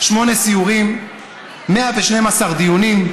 שמונה סיורים, 112 דיונים,